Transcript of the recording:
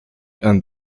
and